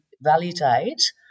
validate